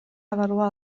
avaluar